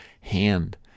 hand